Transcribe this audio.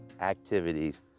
activities